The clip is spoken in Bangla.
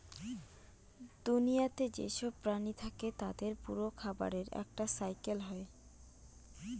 দুনিয়াতে যেসব প্রাণী থাকে তাদের পুরো খাবারের একটা সাইকেল হয়